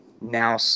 now